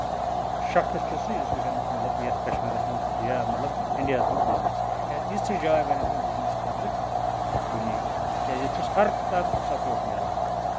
شخَص چھُ سُہ یُس ؤنکیٚنَس یَتھ کَشمیٖرَس منٛز یا مطلب اِنڈیاہَس منٛز بِزنِس کرِ کیازِ یِژھ ہِش جاے بَنس نہٕ بِزنِس خٲطرٕ کُنہِ جایہِ کیازِ یِژھ ہش جاے بنٮ۪س نہٕ بِزنِس خٲطرٕکُنی جایہِ کیازِ ییٚتہِ چھُس ہر طرفُک سَپوٹ مِلان